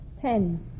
Ten